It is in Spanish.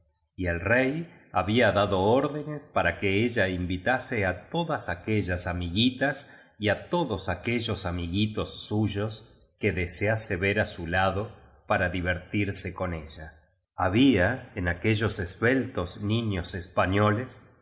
y el rey había dado órdenes para que ella invi tase a todas aquellas amiguitas y á todos aquellos amiguitos suyos que desease ver ó su lado para divertirse con ella ha bía en aquellos esbeltos niños españoles